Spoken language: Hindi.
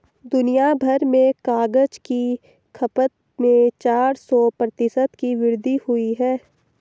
दुनियाभर में कागज की खपत में चार सौ प्रतिशत की वृद्धि हुई है